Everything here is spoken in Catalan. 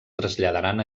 traslladaran